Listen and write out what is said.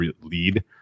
lead